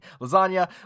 lasagna